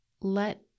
let